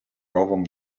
ровом